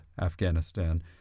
Afghanistan